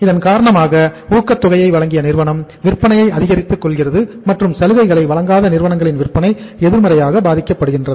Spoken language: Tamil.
இதன் காரணமாக ஊக்கத் தொகையை வழங்கிய நிறுவனம் விற்பனையை அதிகரித்து கொள்கிறது மற்றும் சலுகைகளை வழங்காத நிறுவனங்களின் விற்பனை எதிர்மறையாக பாதிக்கப்படுகின்றது